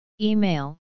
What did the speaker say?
Email